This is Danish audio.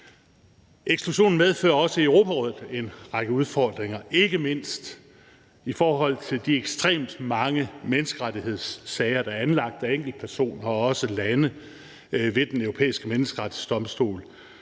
Eksklusionen medfører også i Europarådet en række udfordringer, ikke mindst i forhold til de ekstremt mange menneskerettighedssager, der er anlagt af enkeltpersoner og også lande ved Den Europæiske Menneskerettighedsdomstol,